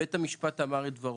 בית המשפט אמר את דברו.